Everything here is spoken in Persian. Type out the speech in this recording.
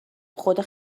خدا